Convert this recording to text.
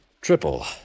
Triple